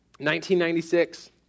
1996